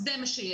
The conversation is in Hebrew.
זה מה שיש.